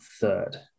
third